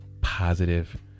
positive